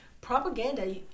propaganda